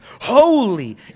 holy